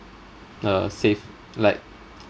uh save like